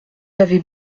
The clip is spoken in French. avez